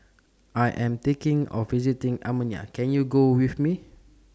I Am thinking of visiting Armenia Can YOU Go with Me